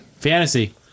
Fantasy